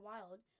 Wild